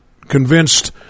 convinced